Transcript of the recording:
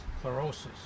chlorosis